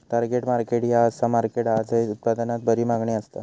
target market ह्या असा market हा झय उत्पादनाक बरी मागणी असता